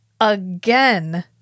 again